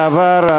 בעבר,